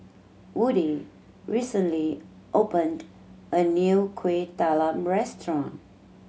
Woody recently opened a new Kuih Talam restaurant